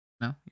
No